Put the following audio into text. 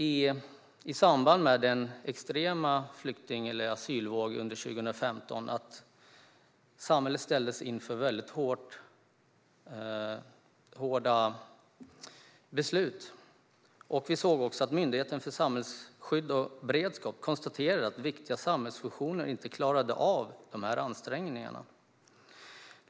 I samband med den extrema asylvågen under 2015 såg vi att samhället ställdes inför väldigt hårda beslut. Vi såg också att Myndigheten för samhällsskydd och beredskap konstaterade att viktiga samhällsfunktioner inte klarade av de ansträngningarna.